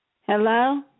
Hello